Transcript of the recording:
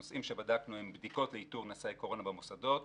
הנושאים שבדקנו הם: בדיקות לאיתור נשאי קורונה במוסדות;